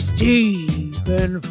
Stephen